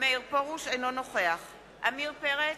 אינו נוכח עמיר פרץ,